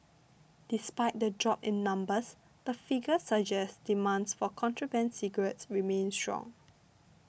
despite the drop in numbers the figures suggest demands for contraband cigarettes remains strong